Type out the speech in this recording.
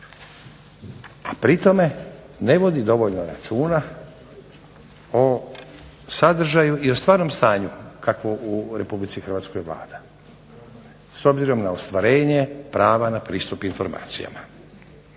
Pri tome ne vodi dovoljno računa o sadržaju i o stvarnom stanju kakvo u RH vlada s obzirom na ostvarenje prava na pristup informacijama.